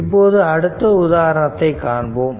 இப்போது அடுத்த உதாரணத்தைக் காண்போம்